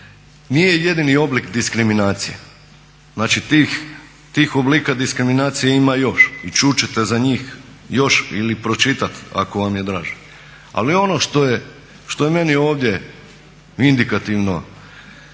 nije jedini oblik diskriminacije. Znači tih oblika diskriminacije ima još i čut ćete za njih još ili pročitat ako vam je draže. Ali ono što je meni ovdje indikativno,